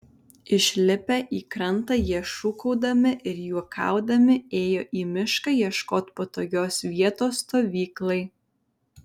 išlipę į krantą jie šūkaudami ir juokaudami ėjo į mišką ieškot patogios vietos stovyklai